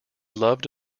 loved